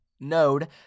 Node